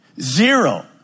zero